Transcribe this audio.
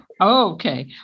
Okay